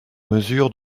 mesure